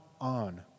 on